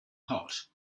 hot